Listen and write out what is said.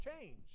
change